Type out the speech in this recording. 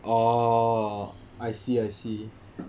oh I see I see